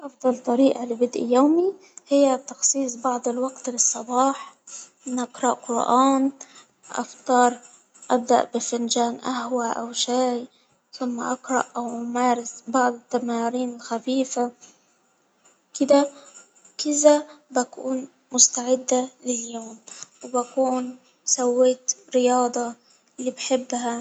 أفضل طريقة لبدء يومي هي تخصيص بعض الوقت للصباح، نقرأ قرآن، أفطر ،أبدأ بفنجان أهوة أوشاي ثم أقرأ أو أمارس بعض التمارين الخفيفة كده- كده بكون مستعدة لليوم وبكون سويت رياضة اللي بحبها.